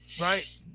Right